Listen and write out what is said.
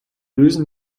lösen